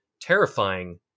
terrifying